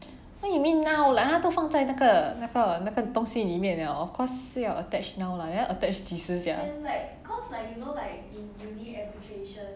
what you mean now like 它都放在那个那个那个东西里面了 of course 是要 attach now lah 你要 attach 几时 sia